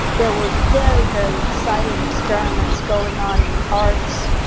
there were very, very exciting experiments going on in the arts.